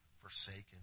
forsaken